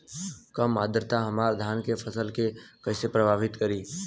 कम आद्रता हमार धान के फसल के कइसे प्रभावित करी?